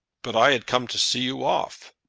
but i had come to see you off.